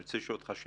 אני רוצה לשאול אותך.